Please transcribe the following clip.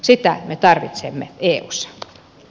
sitä me tarvitsemme eussa